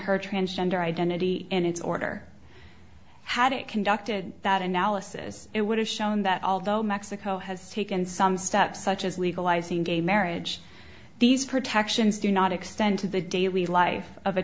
her transgender identity and its order had it conducted that analysis it would have shown that although mexico has taken some steps such as legalizing gay marriage these protections do not extend to the daily life of a